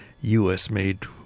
U.S.-made